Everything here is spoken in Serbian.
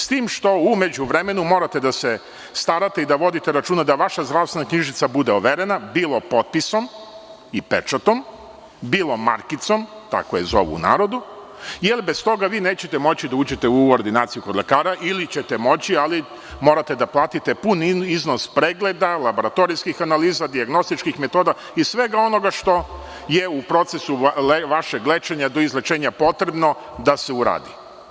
S tim što u međuvremenu morate da se starate i vodite računa da vaša zdravstvena knjižica bude overena, bilo potpisom i pečatom, bilo markicom, tako je zovu u narodu, jer bez toga nećete moći da uđete u ordinaciju kod lekara ili ćete moći, ali morate da platite pun iznos pregleda, laboratorijskih analiza, dijagnostičkim metoda i svega onoga što je u procesu vašeg lečenja do izlečenja potrebno da se uradi.